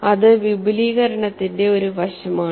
അത് വിപുലീകരണത്തിന്റെ ഒരു വശമാണ്